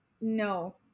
No